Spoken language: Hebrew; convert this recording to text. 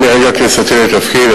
גם מרגע כניסתי לתפקיד,